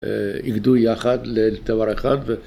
‫אגדו יחד לדבר אחד